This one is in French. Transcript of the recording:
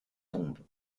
tombes